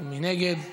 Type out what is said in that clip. מי נגד?